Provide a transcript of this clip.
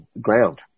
ground